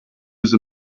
use